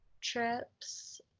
trips